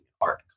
art